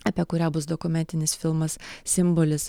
apie kurią bus dokumentinis filmas simbolis